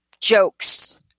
jokes